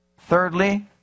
Thirdly